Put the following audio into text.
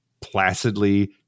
placidly